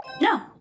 No